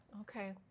Okay